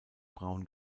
braun